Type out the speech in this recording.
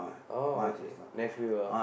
oh okay next we will